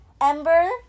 Ember